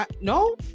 No